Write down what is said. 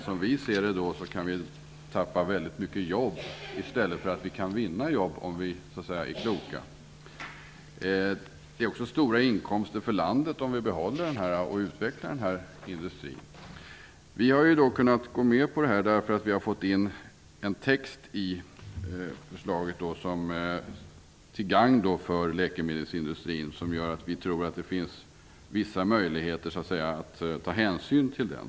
Som vi ser saken kan vi förlora väldigt många jobb när vi i stället kan vinna jobb om vi så att säga är kloka. Det handlar också om stora inkomster för landet om vi behåller och utvecklar den här industrin. Vi har kunnat gå med på skrivningen därför att vi har fått med en text i förslaget som är till gagn för läkemedelsindustrin. Vi tror att det därmed finns vissa möjligheter att ta hänsyn till den.